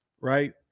right